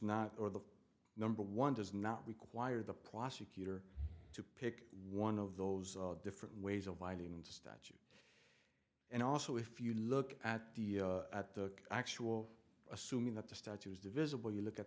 not or the number one does not require the prosecutor to pick one of those of different ways of finding stuff and also if you look at the at the actual assuming that the statue is divisible you look at